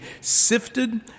sifted